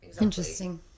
interesting